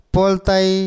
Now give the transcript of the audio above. Poltai